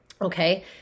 okay